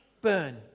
burn